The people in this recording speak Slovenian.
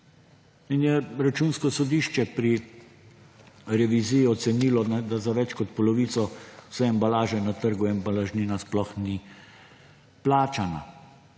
Računsko sodišče je pri reviziji ocenilo, da za več kot polovico vse embalaže na trgu embalažnina sploh ni plačana.